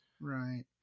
right